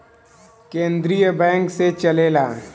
केन्द्रीय बैंक से चलेला